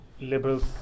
liberals